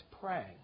praying